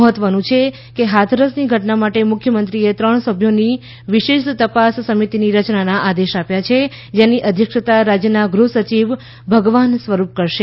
મહત્વનું છે કે હાથરસની ઘટના માટે મુખ્યમંત્રીએ ત્રણ સભ્યોની વિશેષ તપાસ સમિતિની રચનાના આદેશ આપ્યા છે જેની અધ્યક્ષતા રાજ્યના ગૃહસચિવ ભગવાન સ્વરૂપ કરશે